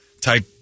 type